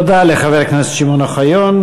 תודה לחבר הכנסת שמעון אוחיון.